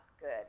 good